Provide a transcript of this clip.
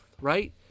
right